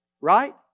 right